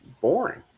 boring